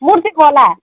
मूर्ति खोला